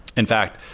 in fact,